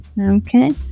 okay